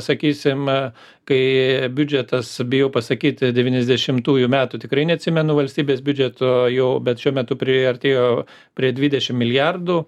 sakysime kai biudžetas bijau pasakyti devyniasdešimtųjų metų tikrai neatsimenu valstybės biudžeto jau bet šiuo metu priartėjo prie dvidešim milijardų